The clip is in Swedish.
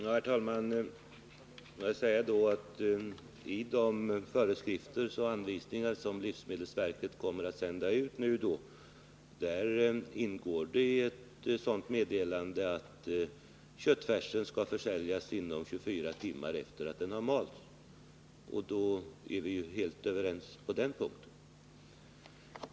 Herr talman! I de föreskrifter och anvisningar som livsmedelsverket kommer att sända ut ingår ett meddelande om att köttfärsen skall försäljas inom 24 timmar efter det att den har malts. Då är vi helt överens på den punkten.